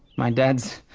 my dads.